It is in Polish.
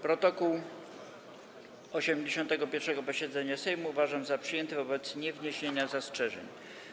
Protokół 81. posiedzenia Sejmu uważam za przyjęty wobec niewniesienia zastrzeżeń.